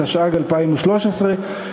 התשע"ג 2013,